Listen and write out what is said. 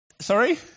Sorry